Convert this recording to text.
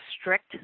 strict